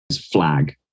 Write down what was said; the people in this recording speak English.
flag